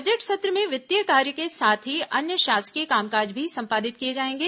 budget सत्र में वित्तीय कार्य के साथ ही अन्य शासकीय कामकाज भी संपादित किए जाएंगे